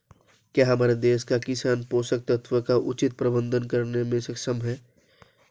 क्या हमारे देश के किसान पोषक तत्वों का उचित प्रबंधन करने में सक्षम हैं?